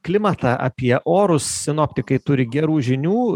klimatą apie orus sinoptikai turi gerų žinių